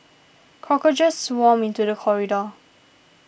cockroaches swarmed into the corridor